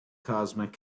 cosmic